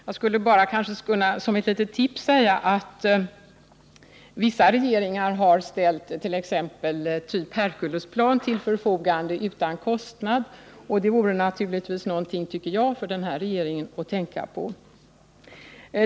Jag skulle kanske kunna som ett litet tips säga att vissa regeringar har ställt hjälp, t.ex. av typen Herkulesplan, till förfogande utan kostnad. Detta tycker jag vore någonting för den här regeringen att tänka på.